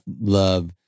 love